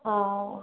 ओ